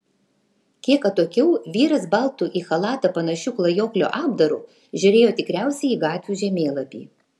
kiek atokiau vyras baltu į chalatą panašiu klajoklio apdaru žiūrėjo tikriausiai į gatvių žemėlapį